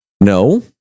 No